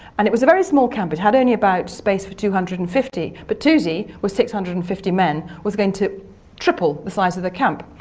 and it was a very small camp. it had only about space for two hundred and fifty, but toosey with six hundred and fifty men was going to triple the size of the camp,